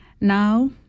Now